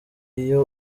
iyo